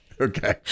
Okay